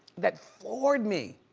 that floored me,